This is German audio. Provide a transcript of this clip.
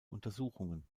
untersuchungen